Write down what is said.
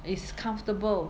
is comfortable